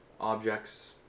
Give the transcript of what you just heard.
objects